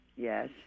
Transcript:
Yes